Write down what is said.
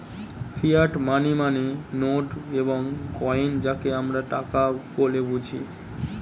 fiat money মানে note এবং coin যাকে আমরা টাকা বলে বুঝি